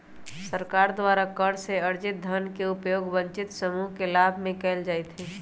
सरकार द्वारा कर से अरजित धन के उपयोग वंचित समूह के लाभ में कयल जाईत् हइ